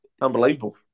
Unbelievable